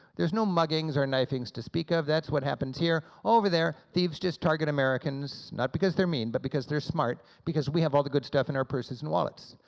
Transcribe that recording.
there's no muggings or knifings to speak of, that's what happens here, over there thieves just target americans, not because they're mean, but because they're smart, because we have all the good stuff in our purses and wallets.